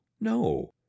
no